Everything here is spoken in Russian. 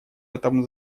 этом